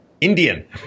Indian